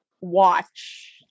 watch